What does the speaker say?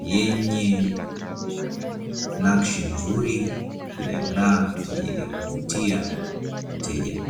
yenye nakshi nzuri inayongaa kwajili ya kumvutia mteja.